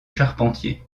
charpentier